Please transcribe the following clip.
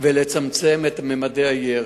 ולצמצם את ממדי הירי,